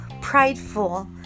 prideful